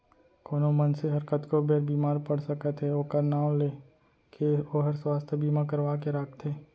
कोनो मनसे हर कतको बेर बीमार पड़ सकत हे ओकर नांव ले के ओहर सुवास्थ बीमा करवा के राखथे